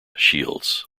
shields